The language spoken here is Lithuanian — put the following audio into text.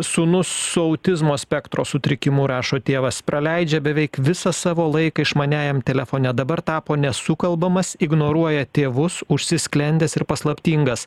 sūnus su autizmo spektro sutrikimu rašo tėvas praleidžia beveik visą savo laiką išmaniajam telefone dabar tapo nesukalbamas ignoruoja tėvus užsisklendęs ir paslaptingas